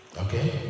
Okay